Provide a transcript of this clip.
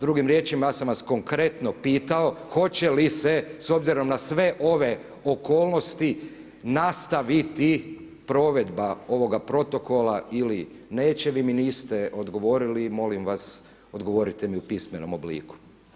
Drugim riječima ja sam vas konkretno pitao hoće li se s obzirom na sve ove okolnosti nastaviti provedba ovoga protokola ili neće, vi mi niste odgovorili i molim vas odgovorite mi u pismenom obliku.